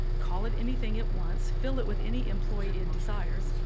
call it anything it wants, fill it with any employee it desires,